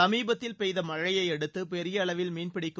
சமீபத்தில் பெய்த மழையை அடுத்து பெரிய அளவில் மீன் பிடிக்கும்